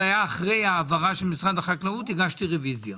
היה אחרי ההעברה של משרד החקלאות הגשתי רביזיה.